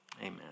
amen